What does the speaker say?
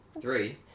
Three